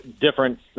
different